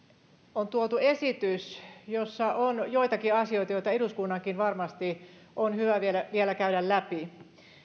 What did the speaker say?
on tuotu esitys jossa on joitakin asioita joita eduskunnankin varmasti on hyvä vielä käydä läpi